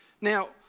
now